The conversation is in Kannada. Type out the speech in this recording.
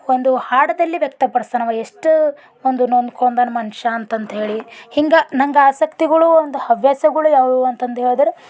ಒಂದು ಹಾಡೋದಲ್ಲಿ ವ್ಯಕ್ತಪಡ್ಸ್ತಾನೆ ಅವ ಎಷ್ಟು ಒಂದು ನೊಂದ್ಕೊಂಡಾನ ಮನುಷ್ಯ ಅಂತಂತ ಹೇಳಿ ಹಿಂಗೆ ನಂಗೆ ಆಸಕ್ತಿಗಳು ಒಂದು ಹವ್ಯಾಸಗಳು ಯಾವುವು ಅಂತಂದು ಹೇಳದ್ರೆ